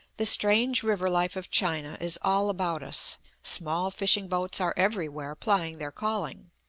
the strange river-life of china is all about us small fishing-boats are everywhere plying their calling.